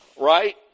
Right